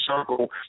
Circle